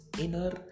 inner